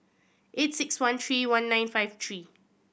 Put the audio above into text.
eight six one three one nine five three